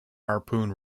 harpoon